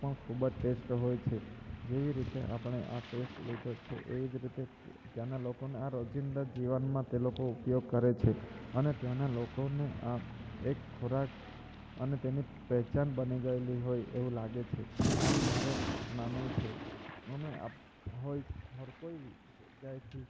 પણ ખૂબ જ ટેસ્ટ હોય છે જેવી રીતે આપણે આ ટેસ્ટ લીધો છે એવી જ રીતે ત્યાંનાં લોકોને આ રોજીંદા જીવનમાં તે લોકો ઉપયોગ કરે છે અને ત્યાંના લોકોને આ એક ખોરાક અને તેની પહેચાન બની ગએલી હોય એવું લાગે છે આમ મારે માનવું છે અને આપ હોઈ હર કોઈ જગ્યાએથી